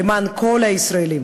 למען כל הישראלים.